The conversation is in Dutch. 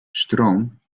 stroom